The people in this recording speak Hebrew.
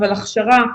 אבל הכשרה,